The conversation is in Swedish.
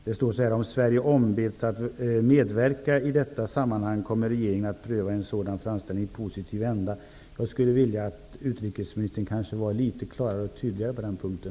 Det står så här i svaret: ''Om Sverige ombeds att medverka i detta sammanhang kommer regeringen att pröva en sådan framställan i positiv anda.'' Jag skulle vilja att utrikesministern var litet klarare och tydligare på den punkten.